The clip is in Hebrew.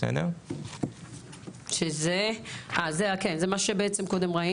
זה מה שראינו קודם.